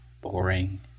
boring